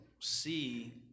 see